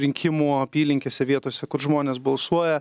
rinkimų apylinkėse vietose kur žmonės balsuoja